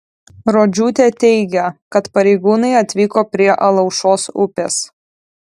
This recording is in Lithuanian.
rodžiūtė teigia kad pareigūnai atvyko prie alaušos upės